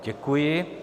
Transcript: Děkuji.